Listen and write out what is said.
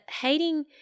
Hating